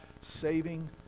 saving